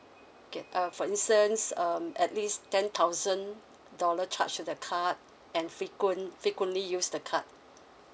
okay uh for instance um at least ten thousand dollar charge to the card and frequent frequently use the card